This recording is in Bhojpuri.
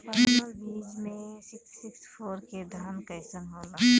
परमल बीज मे सिक्स सिक्स फोर के धान कईसन होला?